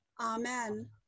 Amen